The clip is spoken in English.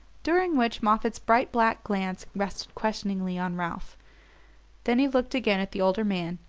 during which moffatt's bright black glance rested questioningly on ralph then he looked again at the older man,